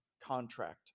Contract